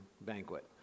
banquet